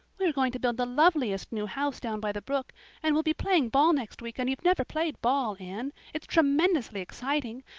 we are going to build the loveliest new house down by the brook and we'll be playing ball next week and you've never played ball, anne. it's tremendously exciting.